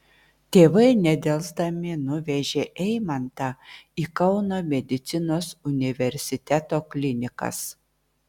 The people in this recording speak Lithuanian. tėvai nedelsdami nuvežė eimantą į kauno medicinos universiteto klinikas